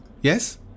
Yes